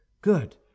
Good